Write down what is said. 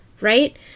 Right